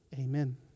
amen